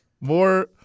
More